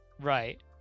Right